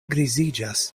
griziĝas